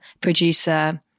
producer